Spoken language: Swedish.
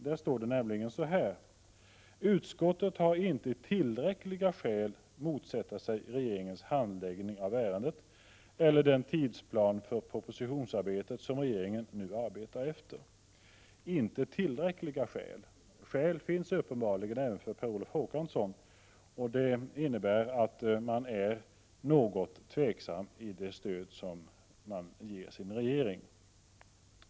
Där står: ”Utskottet har inte tillräckliga skäl motsätta sig regeringens handläggning av ärendet eller den tidsplan för propositionsarbetet som regeringen nu arbetar efter.” ”Inte tillräckliga skäl”, men skäl finns uppenbarligen, även för Per Olof Håkansson. Det innebär att man är något tveksam i det stöd man ger regeringen.